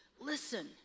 Listen